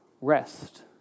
rest